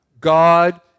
God